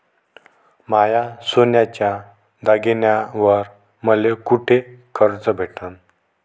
माया सोन्याच्या दागिन्यांइवर मले कुठे कर्ज भेटन?